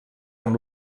amb